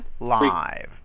live